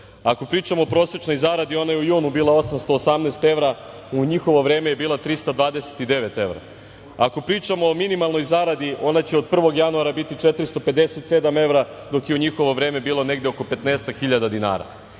Ako pričamo oko prosečnoj zaradi ona je u junu bila 818 evra, u njihovo vreme je bila 329 evra. Ako pričamo o minimalnoj zaradi, ona će od 1. januara biti 457 evra, dok je u njihovo vreme bila negde oko petnaestak